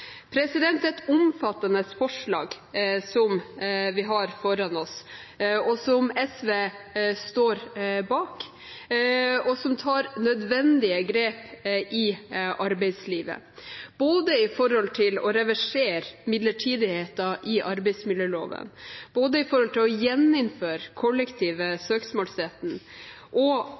et omfattende forslag vi har foran oss, som SV stiller seg bak, og som tar nødvendige grep i arbeidslivet, både for å reversere midlertidigheten i arbeidsmiljøloven,